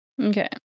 Okay